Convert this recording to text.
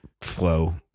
flow